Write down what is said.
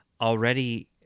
already